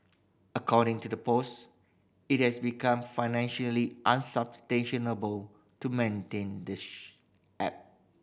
according to the post it has become financially unsustainable to maintain the app